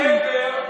יש בן אדם בקבר,